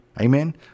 Amen